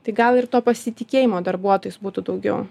tai gal ir to pasitikėjimo darbuotojais būtų daugiau